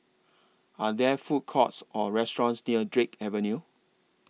Are There Food Courts Or restaurants near Drake Avenue